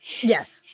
Yes